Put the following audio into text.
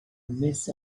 miss